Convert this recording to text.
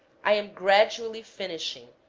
i am gradu ally finishing,